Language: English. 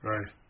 Right